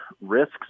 risks